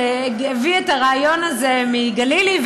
שהביא את הרעיון הזה מגלילי,